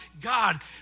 God